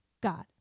God